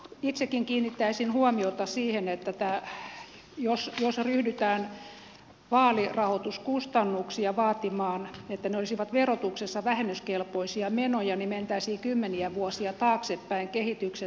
itsekin kiinnittäisin huomiota siihen että jos ryhdytään vaalirahoituskustannuksista vaatimaan että ne olisivat verotuksessa vähennyskelpoisia menoja niin mentäisiin kymmeniä vuosia taaksepäin kehityksessä